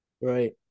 right